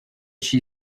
she